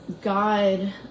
god